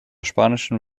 spanischen